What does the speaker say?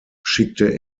schickte